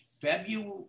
February